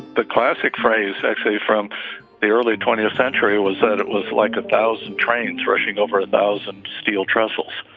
the classic phrase actually from the early twentieth century was that it was like a thousand trains rushing over a thousand steel trestles.